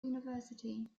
university